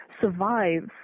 survives